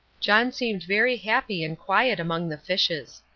john seemed very happy and quiet among the fishes.